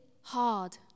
hard